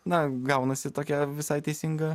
na gaunasi tokia visai teisinga